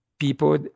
People